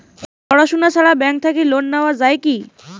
পড়াশুনা ছাড়া ব্যাংক থাকি লোন নেওয়া যায় কি?